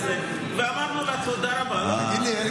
ואמרנו לה: תודה רבה.